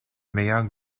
meilleurs